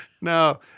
No